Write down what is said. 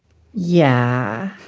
yeah,